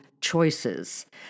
choices